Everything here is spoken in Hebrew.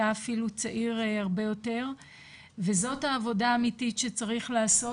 אתה אפילו צעיר הרבה יותר וזאת העבודה האמיתית שצריך לעשות,